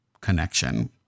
connection